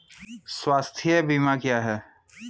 स्वास्थ्य बीमा क्या है?